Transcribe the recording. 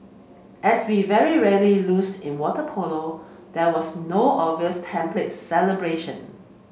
as we very rarely lose in water polo there was no obvious template celebration